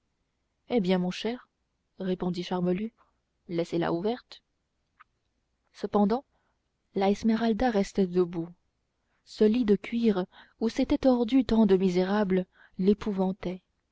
eh bien mon cher repartit charmolue laissez-la ouverte cependant la esmeralda restait debout ce lit de cuir où s'étaient tordus tant de misérables l'épouvantait